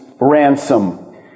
ransom